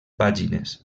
pàgines